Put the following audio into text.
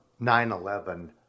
9-11